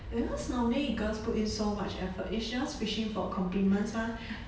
because normally girls put in so much effort which is us fishing for compliments mah